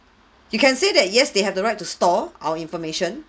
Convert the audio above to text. you can say that yes they have the right to store our information